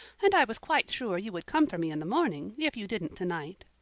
and i was quite sure you would come for me in the morning, if you didn't to-night.